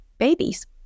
babies